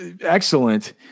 excellent